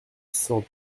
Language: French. cent